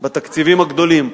בתקציבים הגדולים.